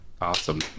Awesome